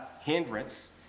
hindrance